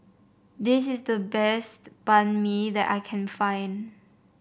this is the best Banh Mi that I can find